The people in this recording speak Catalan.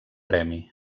premi